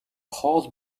хоол